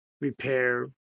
repair